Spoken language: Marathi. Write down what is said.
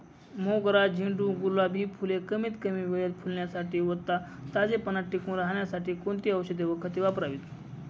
मोगरा, झेंडू, गुलाब हि फूले कमीत कमी वेळेत फुलण्यासाठी व ताजेपणा टिकून राहण्यासाठी कोणती औषधे व खते वापरावीत?